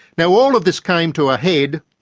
now, all of this came to a head,